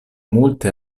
multe